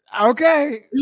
okay